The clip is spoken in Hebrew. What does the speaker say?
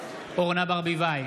אורנה ברביבאי,